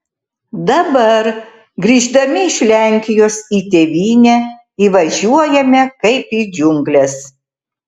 dabar grįždami iš lenkijos į tėvynę įvažiuojame kaip į džiungles